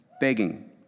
begging